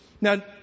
Now